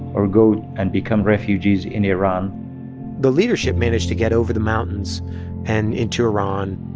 or go and become refugees in iran the leadership managed to get over the mountains and into iran.